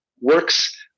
works